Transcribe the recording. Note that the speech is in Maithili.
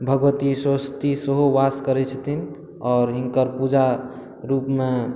भगबती सरस्वती सेहो वास करै छथिन हिनकर पूजा रूपमे